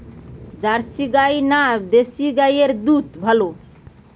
Jersey গাই না দেশী গাইয়ের দুধ ভালো?